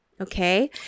okay